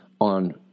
on